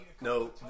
No